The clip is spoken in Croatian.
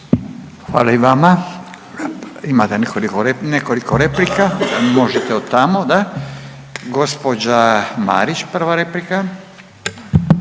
replika. Nekoliko replika. Možete od tamo, da. Gđa Marić, prva replika.